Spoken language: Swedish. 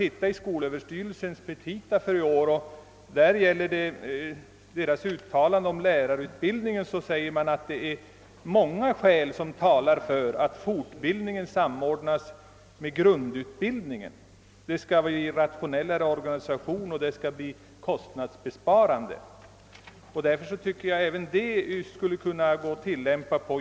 I skolöverstyrelsens petita för året sägs beträffande lärarutbildningen att många skäl talar för att fortbildningen skall samordnas med grundutbildningen; detta är kostnadsbesparande, och organisationen blir på så vis rationellare.